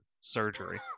surgery